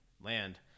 land